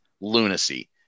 lunacy